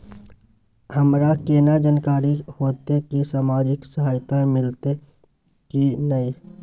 हमरा केना जानकारी होते की सामाजिक सहायता मिलते की नय?